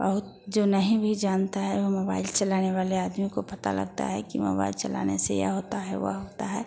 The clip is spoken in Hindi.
और जो नहीं भी जानता है वह मोबाइल चलाने वाले आदमी को पता लगता है कि मोबाइल चलाने से यह होता है वह होता है